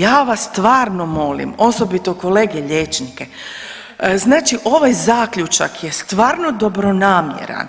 Ja vas stvarno molim, osobito kolege liječnike, znači ovaj zaključak je stvarno dobronamjeran,